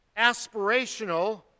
aspirational